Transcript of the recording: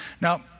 Now